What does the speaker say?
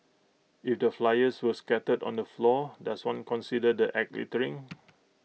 if the flyers were scattered on the floor does one consider the act littering